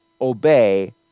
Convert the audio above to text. obey